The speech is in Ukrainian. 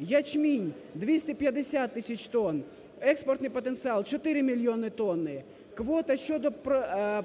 Ячмінь – 250 тисяч тонн, експортний потенціал – 4 мільйони тонни. Квота щодо